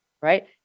right